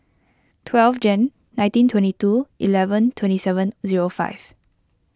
twelve Jan nineteen twenty two eleven twenty seven zero five